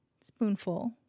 spoonful